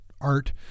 art